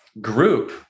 group